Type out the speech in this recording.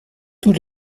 tous